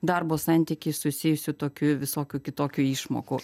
darbo santykiais susijusių tokių visokių kitokių išmokų